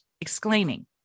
exclaiming